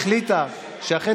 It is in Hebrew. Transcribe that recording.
וחברות הכנסת, יש חברת כנסת אחת.